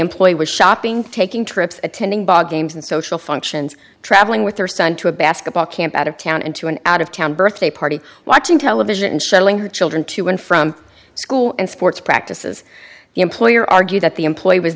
employee was shopping taking trips attending bug games and social functions traveling with her son to a basketball camp out of town into an out of town birthday party watching television shuttling her children to and from school and sports practices the employer argued that the employee was